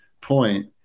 point